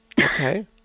Okay